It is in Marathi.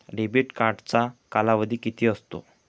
डेबिट कार्डचा कालावधी किती असतो?